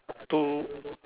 two